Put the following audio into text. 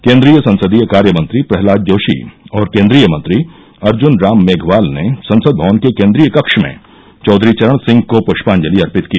केंद्रीय संसदीय कार्य मंत्री प्रह्लाद जोशी और केंद्रीय मंत्री अर्जुन राम मेघवाल ने संसद भवन के केंद्रीय कक्ष में चौधरी चरण सिंह को प्ष्पांजलि अर्पित की